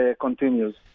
continues